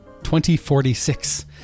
2046